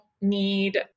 need